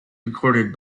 recorded